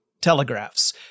telegraphs